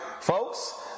folks